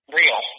real